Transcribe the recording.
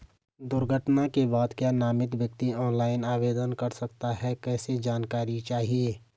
दुर्घटना के बाद क्या नामित व्यक्ति ऑनलाइन आवेदन कर सकता है कैसे जानकारी चाहिए?